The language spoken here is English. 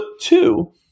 two